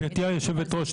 גברתי היושבת-ראש,